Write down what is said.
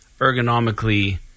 ergonomically